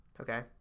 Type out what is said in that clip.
Okay